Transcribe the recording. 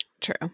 True